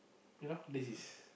you know this is